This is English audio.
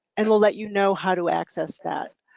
and we'll let you know how to access that.